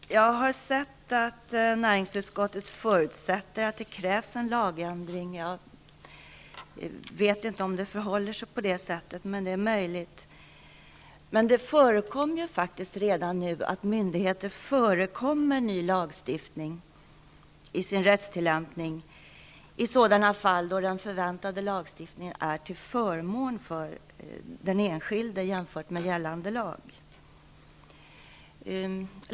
Herr talman! Jag har sett att näringsutskottet förutsätter att det krävs en lagändring. Jag vet inte om det förhåller sig på det sättet. Men det händer redan nu att myndigheter förekommer ny lagstiftning i sin rättstillämpning i sådana fall då den förväntade lagstiftningen är till förmån för den enskilde jämfört med gällande lag.